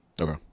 okay